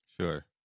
sure